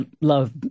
love